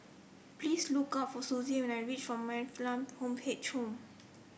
please look up for Suzy when I reach for Man Fatt Lam Home